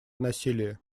насилие